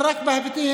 של חברי